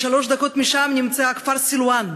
שלוש דקות משם נמצא הכפר סילואן,